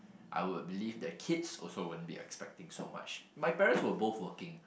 I would believe that kids also won't be expecting so much my parents were both working